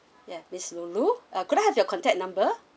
yeah miss lu lu uh could I have your contact number